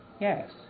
Yes